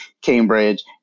Cambridge